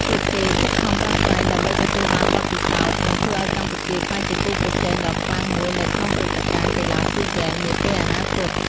ពួកគេខិតខំប្រឹងប្រែងដើម្បីទទួលបានបទពិសោធន៍ និងធ្វើឱ្យកម្ពុជាក្លាយជាគូប្រជែងដ៏ខ្លាំងមួយនៅក្នុងព្រឹត្តិការណ៍កីឡាស៊ីហ្គេមនាពេលអនាគត។